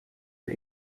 are